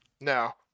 No